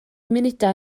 munudau